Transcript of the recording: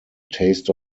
taste